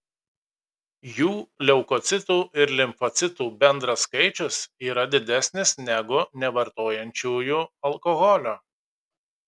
jų leukocitų ir limfocitų bendras skaičius yra didesnis negu nevartojančiųjų alkoholio